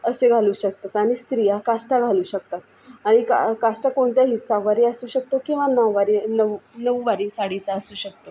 असे घालू शकतात आणि स्त्रिया काष्टा घालू शकतात आणि का काष्टा कोणत्याही सहावारी असू शकतो किंवा नऊवारी नऊ नऊवारी साडीचा असू शकतो